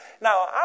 Now